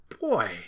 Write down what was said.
boy